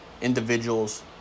individuals